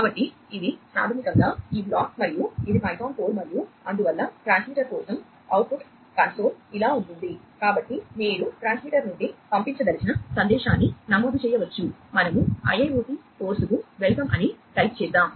కాబట్టి ఇది ప్రాథమికంగా ఈ బ్లాక్ మరియు ఇది పైథాన్ కోడ్ మరియు అందువల్ల ట్రాన్స్మిటర్ కోసం అవుట్పుట్ కన్సోల్ అని టైప్ చేద్దాం